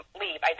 leave